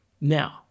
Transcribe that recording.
Now